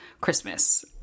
Christmas